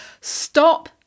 Stop